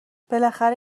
بالاخره